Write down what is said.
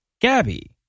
Gabby